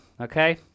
okay